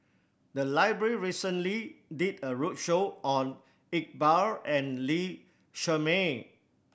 the library recently did a roadshow on Iqbal and Lee Shermay